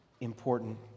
important